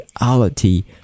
reality